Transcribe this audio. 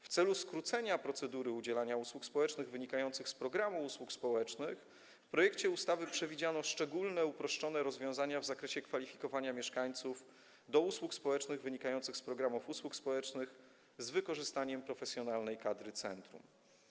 W celu skrócenia procedury udzielania usług społecznych wynikających z programu usług społecznych w projekcie ustawy przewidziano szczególne uproszczone rozwiązania w zakresie kwalifikowania mieszkańców do udzielania im usług społecznych wynikających z programów usług społecznych z wykorzystaniem profesjonalnej kadry centrum.